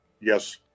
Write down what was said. Yes